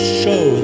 show